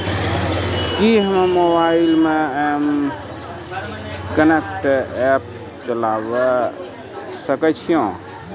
कि हम्मे मोबाइल मे एम कनेक्ट एप्प चलाबय सकै छियै?